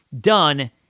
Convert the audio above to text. done